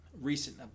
recent